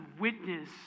witness